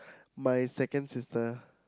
my second sister